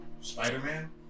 Spider-Man